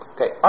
Okay